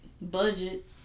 Budget